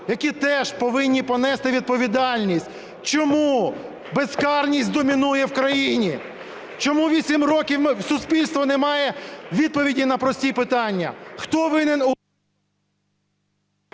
які теж повинні понести відповідальність: чому безкарність домінує в країні, чому 8 років суспільство не має відповіді на прості питання